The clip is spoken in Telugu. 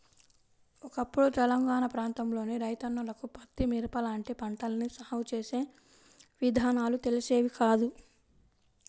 ఒకప్పుడు తెలంగాణా ప్రాంతంలోని రైతన్నలకు పత్తి, మిరప లాంటి పంటల్ని సాగు చేసే విధానాలు తెలిసేవి కాదు